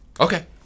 Okay